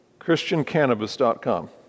christiancannabis.com